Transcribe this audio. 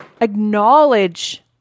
acknowledge